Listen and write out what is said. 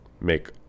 make